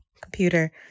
computer